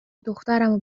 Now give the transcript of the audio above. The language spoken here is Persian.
دخترمو